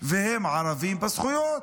והם ערבים בזכויות.